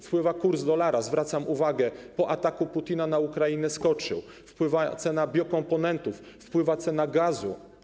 Wpływa kurs dolara - zwracam uwagę, że po ataku Putina na Ukrainę skoczył - wpływa cena biokomponentów, wpływa cena gazu.